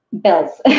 bills